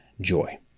joy